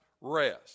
rest